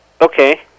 Okay